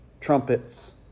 trumpets